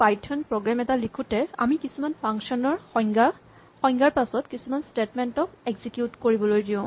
গতানুগতিক Python program এটা লিখোতে আমি কিছুমান ফাংচন ৰ সংজ্ঞাৰ পাছত কিছুমান স্টেটমেন্ট ক এক্সিকিউট কৰিবলৈ দিও